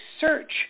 search